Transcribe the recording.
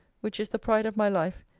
which is the pride of my life,